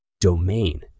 domain